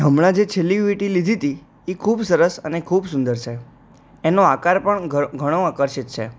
હમણાં જે છેલ્લી વિંટી લીધી હતી એ ખૂબ સરસ અને ખૂબ સુંદર છે એનો આકાર પણ ઘણો આકર્ષિત છે